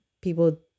people